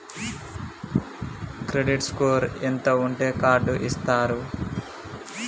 Credit score ఎంత ఉంటే card ఇస్తారు?